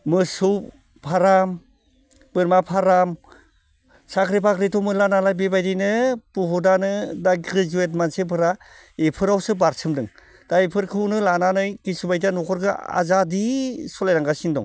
मोसौ फार्म बोरमा फार्म साख्रि बाख्रिथ' मोनला नालाय बेबायदिनो बुहुदआनो दा ग्रेजुवेट मानसिफोरा इफोरावसो बारसोमदों दा इफोरखौनो लानानै किसु बायदिया न'खरखौ आजादि सालायलांगासिनो दं